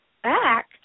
back